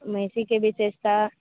महिषीके विशेषता